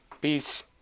Peace